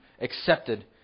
accepted